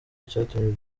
icyatumye